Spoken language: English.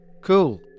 Cool